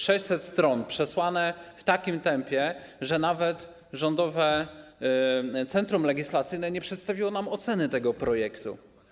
600 stron przesłane w takim tempie, że nawet Rządowe Centrum Legislacji nie przedstawiło nam oceny tego projektu.